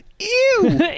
Ew